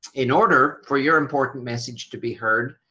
in order for your important message to be heard,